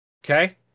Okay